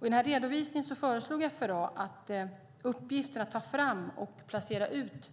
Vid redovisningarna föreslog FRA att uppgiften att ta fram och placera ut